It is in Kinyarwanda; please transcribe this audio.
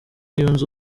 yunze